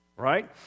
Right